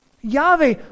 Yahweh